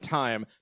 time